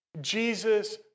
Jesus